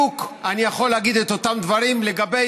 אני יכול להגיד בדיוק את אותם דברים לגבי